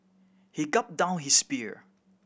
he gulped down his beer